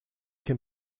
can